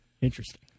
Interesting